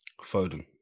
Foden